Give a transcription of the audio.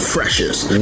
Freshest